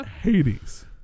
Hades